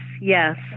yes